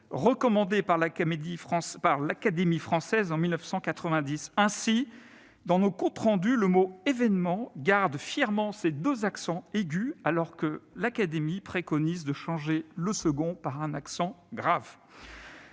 recommandées par l'Académie française en 1990. Ainsi, dans nos comptes rendus, le mot « événement » garde fièrement ses deux accents aigus, alors que l'Académie préconise de changer le second par un accent grave.